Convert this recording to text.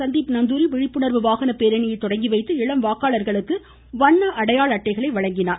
சந்தீப் நந்தூரி விழிப்புணா்வு வாகன பேரணியை தொடங்கிவைத்து இளம் வாக்காளர்களுக்கு வண்ண அடையாள அட்டையை வழங்கினார்